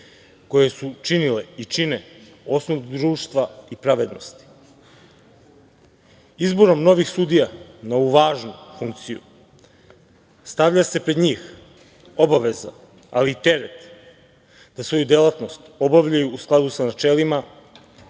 koje su činile i čine osnov društva i pravednosti. Izborom novih sudija na ovu važnu funkciju stavlja se pred njih obaveza, ali i teret da svoju delatnost obavljaju u skladu sa načelima